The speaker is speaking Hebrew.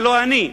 ולא אני.